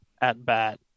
at-bat